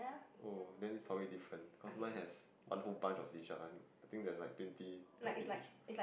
oh then it's probably different cause mine has one whole bunch of seashell I'm I think there's like twenty thirty seashells